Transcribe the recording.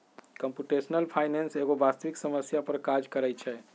computational finance एगो वास्तविक समस्या पर काज करइ छै